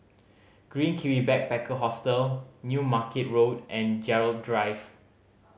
Green Kiwi Backpacker Hostel New Market Road and Gerald Drive